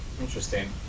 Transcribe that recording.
Interesting